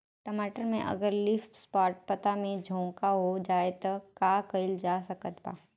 टमाटर में अगर लीफ स्पॉट पता में झोंका हो जाएँ त का कइल जा सकत बा?